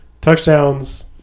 touchdowns